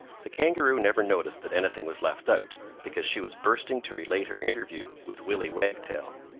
the kangaroo never noticed that anything was left out, because she was bursting to relate her interview with willy wagtail.